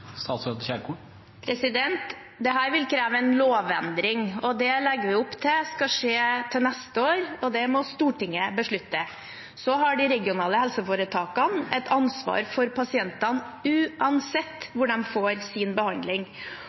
vil kreve en lovendring. Det legger vi opp til skal skje til neste år, og det må Stortinget beslutte. De regionale helseforetakene har ansvar for pasientene uansett hvor de får sin behandling.